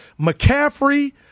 McCaffrey